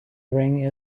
ring